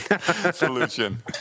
solution